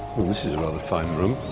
this is a rather fine room.